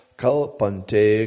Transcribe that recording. kalpante